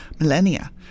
millennia